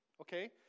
okay